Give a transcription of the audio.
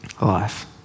Life